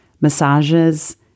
Massages